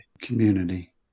Community